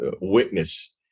witness